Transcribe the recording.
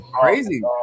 Crazy